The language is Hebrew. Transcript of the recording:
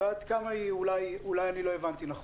ועד כמה אולי אני לא הבנתי נכון.